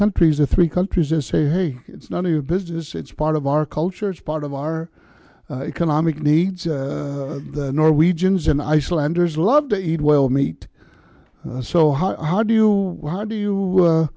countries the three countries and say hey it's none of your business it's part of our culture it's part of our economic needs the norwegians and icelanders love to eat whale meat so how do you how do you